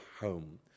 home